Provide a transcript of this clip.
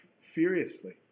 furiously